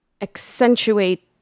accentuate